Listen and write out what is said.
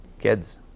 Kids